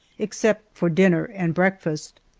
except for dinner and breakfast,